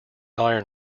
iron